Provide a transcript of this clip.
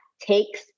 takes